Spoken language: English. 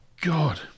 god